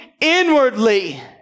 inwardly